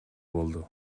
болду